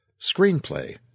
Screenplay